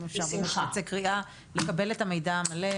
אם אפשר שתצא קריאה לקבל את המידע המלא.